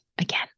Again